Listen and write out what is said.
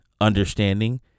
understanding